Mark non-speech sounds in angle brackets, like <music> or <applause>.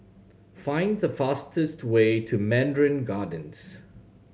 find the fastest <unintelligible> way to Mandarin Gardens